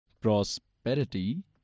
prosperity